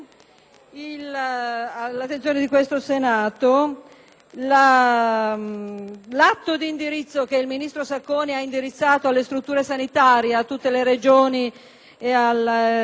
l'atto di indirizzo che il ministro Sacconi ha inviato alle strutture sanitarie di tutte le Regioni e delle Province autonome di Trento e Bolzano,